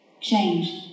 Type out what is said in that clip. change